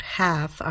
half